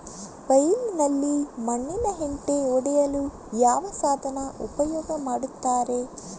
ಬೈಲಿನಲ್ಲಿ ಮಣ್ಣಿನ ಹೆಂಟೆ ಒಡೆಯಲು ಯಾವ ಸಾಧನ ಉಪಯೋಗ ಮಾಡುತ್ತಾರೆ?